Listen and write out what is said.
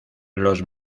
los